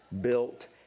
built